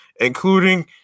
including